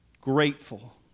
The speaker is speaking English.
grateful